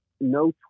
no